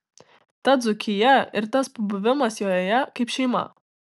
ta dzūkija ir tas pabuvimas joje kaip šeima